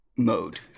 mode